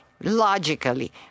Logically